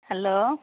hello